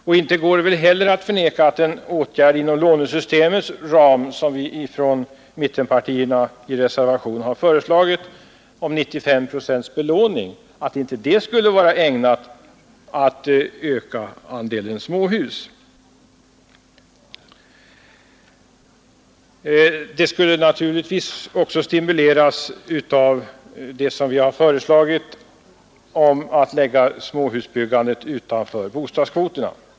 Och inte går det väl heller att förneka att en sådan åtgärd inom lånesystemets ram som att övre lånegränsen skulle höjas till 95 procent, vilket vi från mittenpartierna i reservation har föreslagit, skulle bidra till att öka andelen småhus? Naturligtvis skulle småhusbyggandet också stimuleras, om det, såsom vi har föreslagit, lades utanför bostadskvoterna.